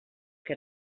que